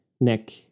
neck